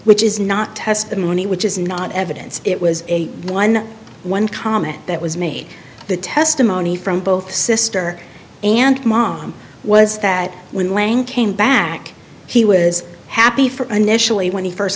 which is not testimony which is not evidence it was a one on one comment that was made the testimony from both sister and mom was that when length came back he was happy for initially when he first